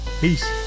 Peace